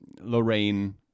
Lorraine